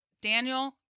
Daniel